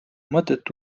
mõtet